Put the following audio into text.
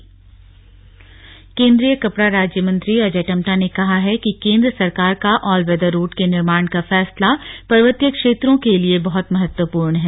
slug मेरा गांव मेरा तीर्थ केन्द्रीय कपड़ा राज्य मंत्री अजय टम्टा ने कहा कि केंद्र सरकार का ऑलवेदर रोड के निर्माण का फैसला पर्वतीय क्षेत्रों के लिए बहुत महत्वपूर्ण है